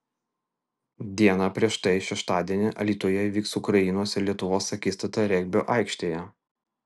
diena prieš tai šeštadienį alytuje įvyks ukrainos ir lietuvos akistata regbio aikštėje